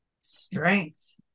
Strength